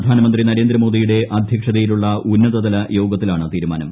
പ്രധാനമന്ത്രി നരേന്ദ്രമോദിയുടെ അദ്ധ്യക്ഷതയിലുള്ള ഉന്നതതല യോഗത്തിലാണ് തീരുമാനം